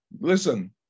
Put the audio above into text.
Listen